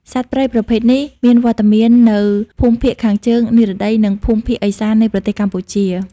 សត្វព្រៃប្រភេទនេះ មានវត្តមាននៅភូមិភាគខាងជើង និរតី និងភូមិភាគឦសាន នៃប្រទេសកម្ពុជា។